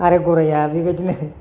आरो गराया बेबादिनो